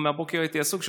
מהבוקר הייתי עסוק,